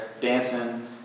dancing